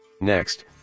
Next